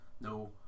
No